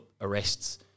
arrests